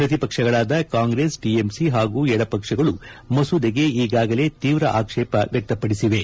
ಪ್ರತಿಪಕ್ಷಗಳಾದ Congress TMC ಹಾಗೂ ಎಡಪಕ್ಷಗಳು ಮಸೂದೆಗೆ ಈಗಾಗಲೇ ತೀವ್ರ ಆಕ್ಷೇಪ ವ್ಯಕ್ತಪಡಿಸಿವೆ